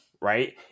right